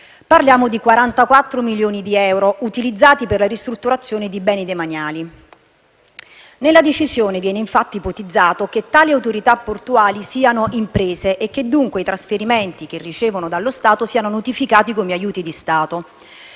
Parliamo di 44 milioni di euro utilizzati per la ristrutturazione di beni demaniali. Nella decisione viene infatti ipotizzato che tali Autorità portuali siano imprese e che dunque i trasferimenti che ricevono dallo Stato siano notificati come aiuti di Stato,